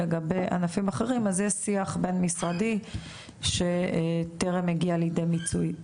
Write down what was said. לגבי ענפים אחרים אז יש שיח בין משרדי שטרם הגיע לידי מיצוי.